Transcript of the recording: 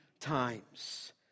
times